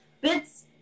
bits